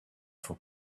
for